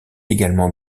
également